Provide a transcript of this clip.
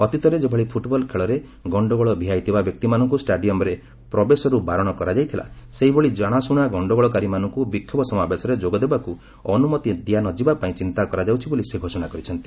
ଅତୀତରେ ଯେଭଳି ଫୁଟ୍ବଲ୍ ଖେଳରେ ଗଣ୍ଡଗୋଳ ଭିଆଇଥିବା ବ୍ୟକ୍ତିମାନଙ୍କୁ ଷ୍ଟାଡିୟମ୍ରେ ପ୍ରବେଶରୁ ବାରଣ କରାଯାଇଥିଲା ସେହିଭଳି କଣାଶୁଣା ଗଣ୍ଡଗୋଳକାରୀମାନଙ୍କୁ ବିକ୍ଷୋଭ ସମାବେଶରେ ଯୋଗଦେବାକୁ ଅନୁମତି ଦିଆନଯିବା ପାଇଁ ଚିନ୍ତା କରାଯାଉଛି ବୋଲି ସେ ଘୋଷଣା କରିଛନ୍ତି